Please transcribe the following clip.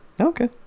okay